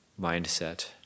mindset